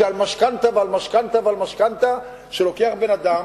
על משכנתה ועל משכנתה ועל משכנתה שלוקח בן-אדם